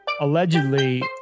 allegedly